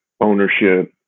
ownership